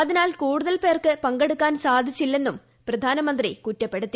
അതിനാൽ കൂടുതൽ പേർക്ക് പങ്കെടുക്കാൻ സാധിച്ചില്ലെന്നും പ്രധാനമന്ത്രി കുറ്റപ്പെടുത്തി